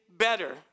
better